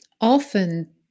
often